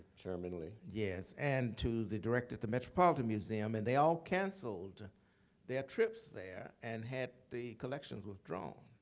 sherman lee. yes and to the director at the metropolitan museum. and they all canceled their trips there and had the collections withdrawn.